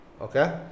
okay